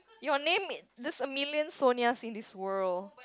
your name there's a million Sonias in this world